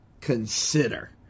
consider